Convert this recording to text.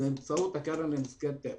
באמצעות הקרן לנזקי טבע.